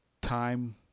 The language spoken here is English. Time